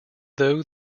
though